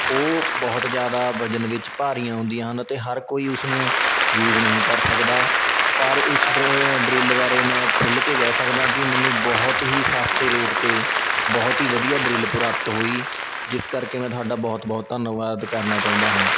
ਉਹ ਬਹੁਤ ਜ਼ਿਆਦਾ ਵਜ਼ਨ ਵਿੱਚ ਭਾਰੀਆਂ ਹੁੰਦੀਆਂ ਹਨ ਅਤੇ ਹਰ ਕੋਈ ਉਸਨੂੰ ਯੂਜ਼ ਨਹੀਂ ਕਰ ਸਕਦਾ ਪਰ ਇਸ ਡਰਿ ਡਰਿੱਲ ਬਾਰੇ ਮੈਂ ਖੁੱਲ੍ਹ ਕੇ ਕਹਿ ਸਕਦਾ ਕਿ ਮੈਨੂੰ ਬਹੁਤ ਹੀ ਸਸਤੇ ਰੇਟ 'ਤੇ ਬਹੁਤ ਹੀ ਵਧੀਆ ਡਰਿੱਲ ਪ੍ਰਾਪਤ ਹੋਈ ਜਿਸ ਕਰਕੇ ਮੈਂ ਤੁਹਾਡਾ ਬਹੁਤ ਬਹੁਤ ਧੰਨਵਾਦ ਕਰਨਾ ਚਾਹੁੰਦਾ ਹਾਂ